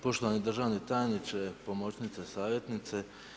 Poštovani državni tajniče, pomoćnice, savjetnice.